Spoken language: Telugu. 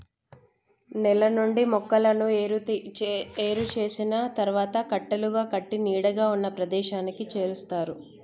నేల నుండి మొక్కలను ఏరు చేసిన తరువాత కట్టలుగా కట్టి నీడగా ఉన్న ప్రదేశానికి చేరుస్తారు